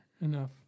enough